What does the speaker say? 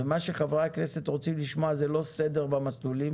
מה שחברי הכנסת רוצים לשמוע זה לא סדר במסלולים